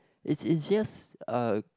it's it's just a